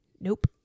nope